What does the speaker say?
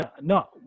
no